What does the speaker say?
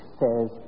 says